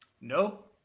Nope